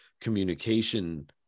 communication